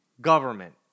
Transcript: government